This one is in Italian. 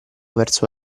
verso